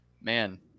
man